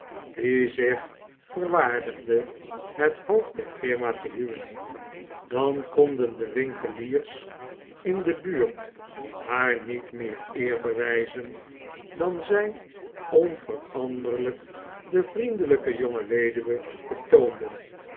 die zich verwaardigde het hoofd der iirma te huwen dan konden de winkeliers in de buurt haar niet meer eer bewijzen dan zij onveranderlijk de vriendelijke jonge weduwe betoonden